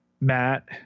Matt